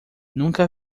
nunca